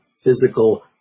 physical